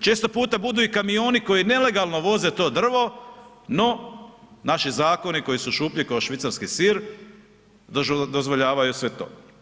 često budu i kamioni koji nelegalno voze to drvo no naši zakoni koji su šuplji kao švicarski sir, dozvoljavaju sve to.